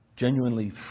genuinely